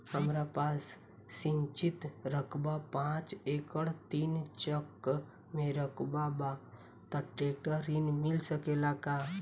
हमरा पास सिंचित रकबा पांच एकड़ तीन चक में रकबा बा त ट्रेक्टर ऋण मिल सकेला का?